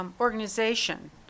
organization